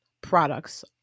products